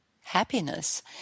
happiness